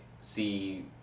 see